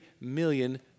million